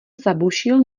zabušil